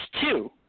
two